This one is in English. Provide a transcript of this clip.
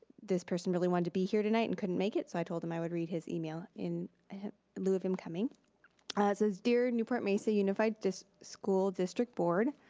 this person really wanted to be here tonight and couldn't make it, so i told him i would read his email in lieu of him coming. ah it says dear newport mesa unified school district board,